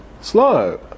slow